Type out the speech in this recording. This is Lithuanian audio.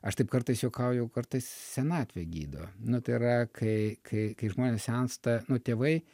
aš taip kartais juokauju kartais senatvė gydo nu tai yra kai kai kai žmonės sensta nu tėvai